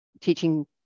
teaching